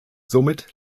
somit